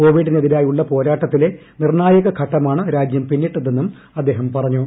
കോവിഡിനെതിരായുള്ള പോരാട്ടത്തിലെ നിർണ്ണായകഘട്ടമാണ് രാജൃം പിന്നിട്ടതെന്നും ഉഅദ്ദേഹം പറഞ്ഞു